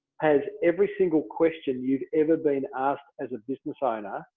has every single question you've ever been asked as a business owner,